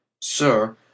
Sir